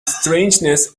strangeness